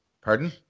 pardon